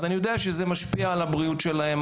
אז אני יודע שזה משפיע על הבריאות שלהם,